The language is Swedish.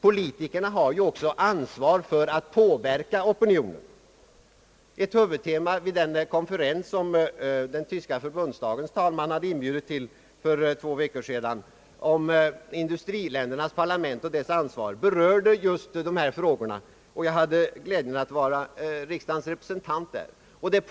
Politikerna har ju också ansvar för att påverka opinionen, Vid den konferens, som den västtyska förbundsdagens talman hade inbjudit till för två veckor sedan, om industriländernas parlament och deras ansvar var just dessa frågor ett huvudtema. Jag hade glädjen att vara riksdagens representant vid den konferensen.